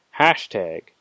hashtag